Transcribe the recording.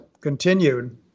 continued